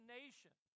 nation